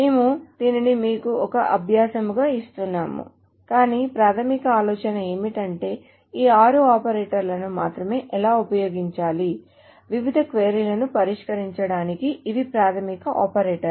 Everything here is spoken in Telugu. మేము దీనిని మీకు ఒక అభ్యాసముగా ఇస్తున్నాము కాని ప్రాథమిక ఆలోచన ఏమిటంటే ఈ ఆరు ఆపరేటర్లను మాత్రమే ఎలా ఉపయోగించాలి వివిధ క్వరీ లను పరిష్కరించడానికి ఇవి ప్రాథమిక ఆపరేటర్లు